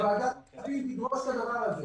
שוועדת הכספים תדרוש את הדבר הזה,